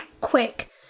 quick